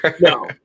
No